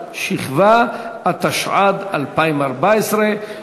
33 בעד, אין מתנגדים, אין נמנעים.